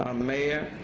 um mayor,